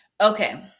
Okay